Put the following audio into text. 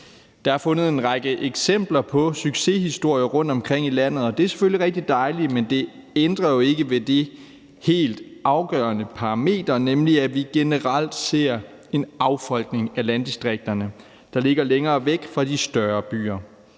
Der er fundet en række eksempler på succeshistorier rundtomkring i landet, og det er selvfølgelig rigtig dejligt, men det ændrer jo ikke ved det helt afgørende parameter, nemlig at vi generelt ser en affolkning af landdistrikter, der ligger længere væk fra de større byer,